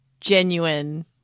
genuine